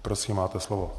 Prosím, máte slovo.